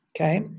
Okay